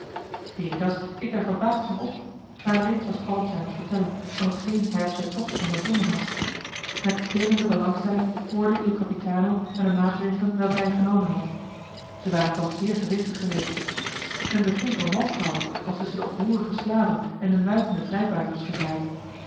veritas keek daar verbaasd van op maar reeds was paddeltje aan t vertellen van hetgeen hij op zijn tocht ondervonden had met klimmende belangstelling hoorde il capitano naar de maatregelen welke hij genomen had zij waren toch zeer gewichtig geweest een begin van wantrouwen was tusschen de oproerige slaven en de muitende vrijbuiters gezaaid